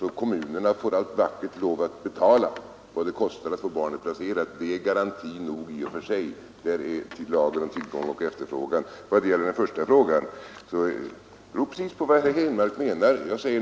att kommunen vackert får lov att betala vad det kostar att få barnen placerade. Det är garanti nog i och för sig. Där gäller lagen om tillgång och efterfrågan. Beträffande den första frågan vill jag säga att det beror precis på vad herr Henmark menar.